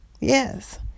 Yes